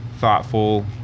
thoughtful